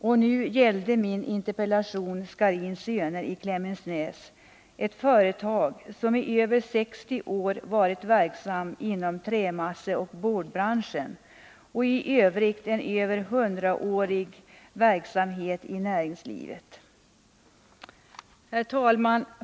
Och nu gällde min interpellation Scharins Söner i Klemensnäs, ett företag som i över 60 år varit verksamt inom trämasseoch boardbranschen och i övrigt har en mer än hundraårig verksamhet inom näringslivet. Herr talman!